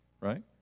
right